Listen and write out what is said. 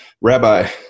Rabbi